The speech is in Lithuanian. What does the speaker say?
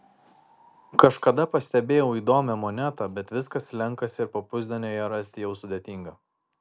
kažkada pastebėjau įdomią monetą bet viskas slenkasi ir po pusdienio ją rasti jau sudėtinga